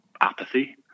apathy